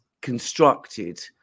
constructed